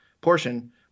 portion